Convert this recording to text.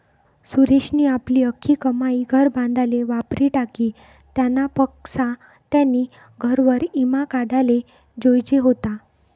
सुरेशनी आपली आख्खी कमाई घर बांधाले वापरी टाकी, त्यानापक्सा त्यानी घरवर ईमा काढाले जोयजे व्हता